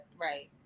right